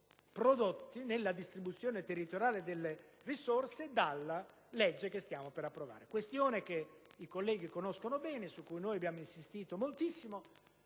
prodotti nella distribuzione territoriale delle risorse dalla legge che stiamo per approvare; questione che i colleghi conoscono bene e su cui noi abbiamo insistito moltissimo.